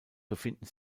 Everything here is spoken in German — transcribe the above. befinden